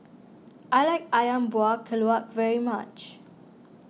I like Ayam Buah Keluak very much